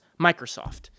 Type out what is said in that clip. Microsoft